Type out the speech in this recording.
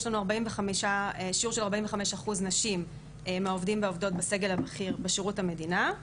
יש לנו שיעור של 45% נשים מהעובדים והעובדות בסגל הבכיר בשירות המדינה,